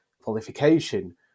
qualification